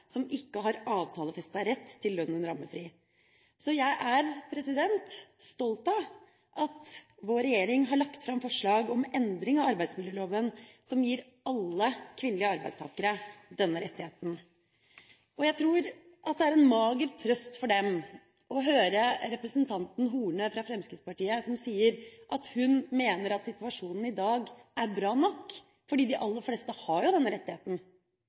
som ikke har avtalefestet rett til lønn under ammefri. Jeg er stolt av at vår regjering har lagt fram forslag om endring av arbeidsmiljøloven som gir alle kvinnelige arbeidstakere denne rettigheten. Jeg tror det er en mager trøst for dem å høre representanten Horne fra Fremskrittspartiet si at hun mener situasjonen i dag er bra nok, fordi de aller fleste jo har denne rettigheten. Men disse kvinnene har altså ikke denne rettigheten,